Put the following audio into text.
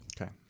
Okay